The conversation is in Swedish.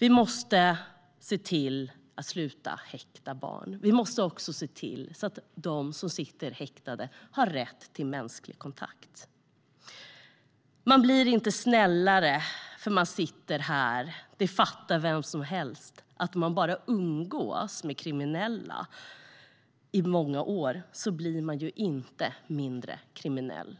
Vi måste se till att sluta häkta barn. Vi måste också se till att de som sitter häktade har rätt till mänsklig kontakt. Man blir inte snällare för att man sitter här. Det fattar vem som helst. Om man bara umgås med kriminella under många år blir man ju inte mindre kriminell.